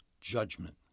judgment